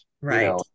Right